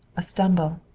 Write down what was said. a stumble,